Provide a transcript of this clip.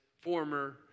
former